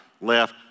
left